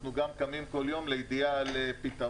אנחנו קמים כל יום לידיעה על פתרון,